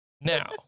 Now